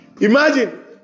Imagine